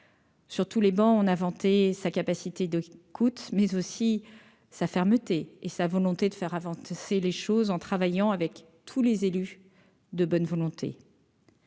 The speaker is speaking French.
Sur tous les bancs on a vanté sa capacité de coûte mais aussi sa fermeté et sa volonté de faire avancer les choses, en travaillant avec tous les élus de bonne volonté.